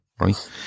right